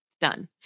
Done